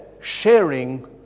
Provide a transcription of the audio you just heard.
sharing